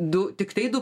du tiktai du